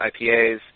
IPAs